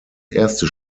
erste